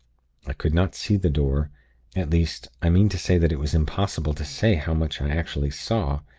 i could not see the door at least, i mean to say that it was impossible to say how much i actually saw,